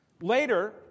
Later